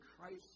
Christ